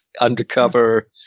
undercover